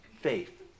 faith